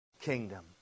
kingdom